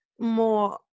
more